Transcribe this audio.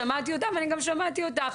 שמעתי אותה וגם שמעתי אותך,